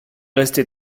resté